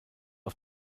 auf